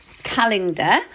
calendar